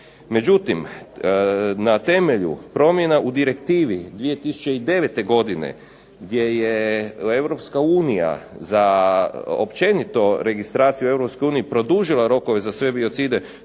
Međutim, na temelju promjena u direktivi 2009. godine gdje je EU za općenito registraciju u EU produžila rokove za sve biocide